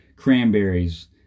cranberries